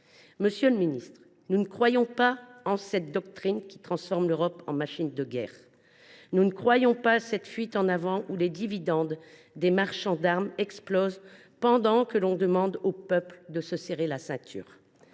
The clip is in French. défense française ? Nous ne croyons pas en cette doctrine qui transforme l’Europe en machine de guerre. Nous ne croyons pas à cette fuite en avant, où les dividendes des marchands d’armes explosent pendant que l’on demande aux peuples de se serrer la ceinture.